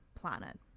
planet